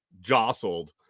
jostled